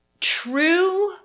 True